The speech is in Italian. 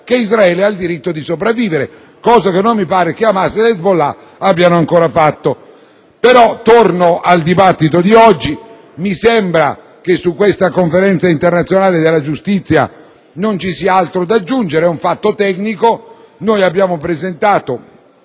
che Israele ha il diritto di sopravvivere, cosa che non mi pare che Hamas ed Hezbollah abbiano ancora fatto. Venendo al tema oggetto della nostra trattazione, mi sembra che sulla Conferenza internazionale della giustizia non ci sia altro da aggiungere; è un fatto tecnico. Noi abbiamo presentato